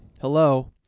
Hello